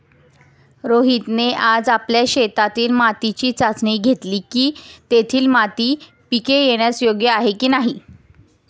रोहितने आज आपल्या शेतातील मातीची चाचणी घेतली की, तेथील माती पिके घेण्यास योग्य आहे की नाही